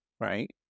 right